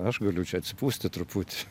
aš galiu čia atsipūsti truputį